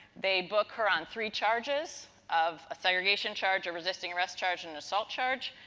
they book her on three charges of a segregation charge, a resisting arrest charge, and an assault charge.